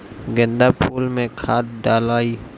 गेंदा फुल मे खाद डालाई?